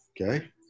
okay